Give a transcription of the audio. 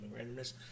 Randomness